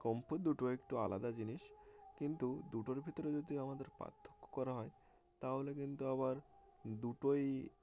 kung fu দুটোই একটু আলাদা জিনিস কিন্তু দুটোর ভিতরে যদি আমাদের পার্থক্য করা হয় তাহলে কিন্তু আবার দুটোই